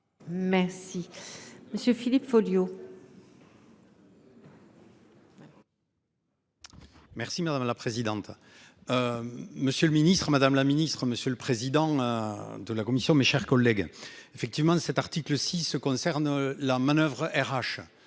Merci. Monsieur Philippe Folliot. Merci madame la présidente. Monsieur le Ministre, Madame la Ministre, Monsieur le président. De la commission. Mes chers collègues effectivement cet article si ce concerne la manoeuvre RH